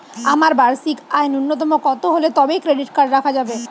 আমার বার্ষিক আয় ন্যুনতম কত হলে তবেই ক্রেডিট কার্ড রাখা যাবে?